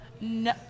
No